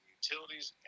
utilities